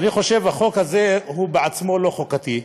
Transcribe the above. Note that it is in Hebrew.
אני חושב שהחוק הזה הוא בעצמו לא חוקתי,